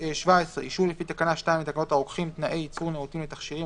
(17)אישור לפי תקנה 2 לתקנות הרוקחים (תנאי ייצור נאותים לתכשירים),